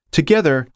Together